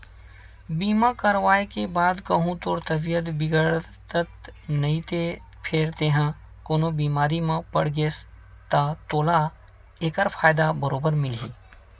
बीमा करवाय के बाद कहूँ तोर तबीयत बिगड़त नइते फेर तेंहा कोनो बेमारी म पड़ गेस ता तोला ऐकर फायदा बरोबर मिलही